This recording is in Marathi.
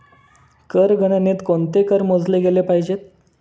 कर गणनेत कोणते कर मोजले गेले पाहिजेत?